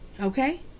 Okay